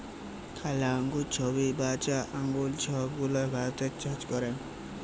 কালা আঙ্গুর, ছইবজা আঙ্গুর ছব গুলা ভারতে চাষ ক্যরে